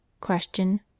Question